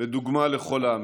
ודוגמה לכל העמים.